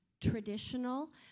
traditional